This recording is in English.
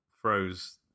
throws